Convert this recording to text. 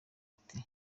ati